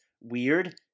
weird